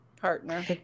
partner